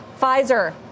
Pfizer